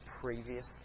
previous